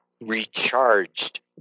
recharged